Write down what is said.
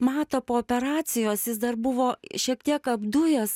matą po operacijos jis dar buvo šiek tiek apdujęs